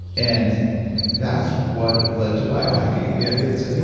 and that's what led to biohacking. the idea that said, you